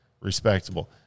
respectable